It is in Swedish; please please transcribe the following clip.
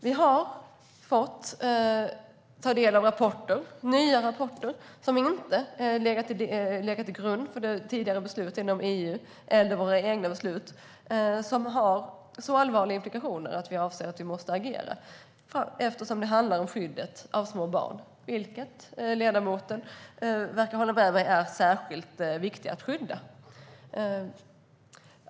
Vi har fått ta del av nya rapporter som inte legat till grund för tidigare beslut inom EU eller våra egna beslut och som har så allvarliga implikationer att vi anser att vi måste agera eftersom det handlar om skyddet av små barn, vilka ledamoten verkar hålla med mig om är särskilt viktiga att skydda.